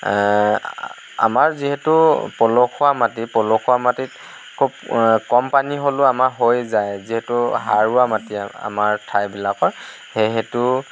আমাৰ যিহেতু পলসুৱা মাটি পলসুৱা মাটিত খুব কম পানী হ'লেও আমাৰ হৈ যায় যিহেতু সাৰুৱা মাটি আমাৰ ঠাইবিলাকৰ সেই হেতু